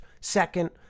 second